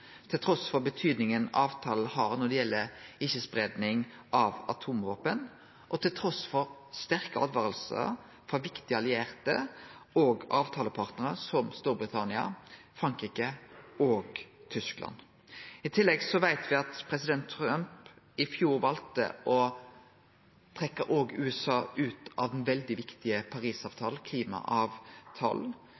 avtalen er når det gjeld ikkje-spreiing av atomvåpen, og trass i sterke åtvaringar frå viktige allierte og avtalepartnarar, som Storbritannia, Frankrike og Tyskland. I tillegg veit me at president Trump i fjor òg valde å trekkje USA ut av den veldig viktige